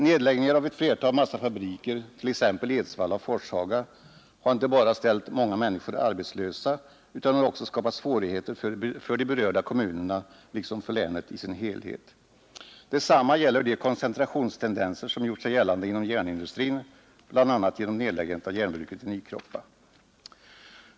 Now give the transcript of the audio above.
Nedläggningen av ett flertal massafabriker — t.ex. Edsvalla och Forshaga — har inte bara ställt många människor arbetslösa utan har också skapat svårigheter för de berörda kommunerna liksom för länet i dess helhet. Detsamma gäller de koncentrationstendenser som gjort sig gällande inom järnindustrin, bl.a. genom nedläggningen av järnbruket i Nykroppa.